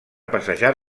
passejar